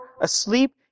asleep